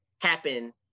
happen